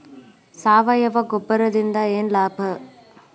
ಸಾವಯವ ಗೊಬ್ಬರದಿಂದ ಏನ್ ಲಾಭ?